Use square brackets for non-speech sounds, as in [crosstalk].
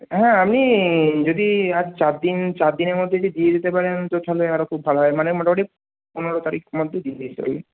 হ্যাঁ আমি যদি আর চার দিন চার দিনের মধ্যে যদি দিয়ে দিতে পারেন তো তাহলে আরও খুব ভালো হয় মানে মোটামুটি পনেরো তারিখ মধ্যে [unintelligible]